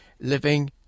living